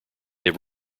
have